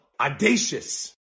Audacious